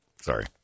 Sorry